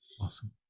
Awesome